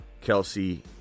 Kelsey